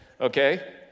Okay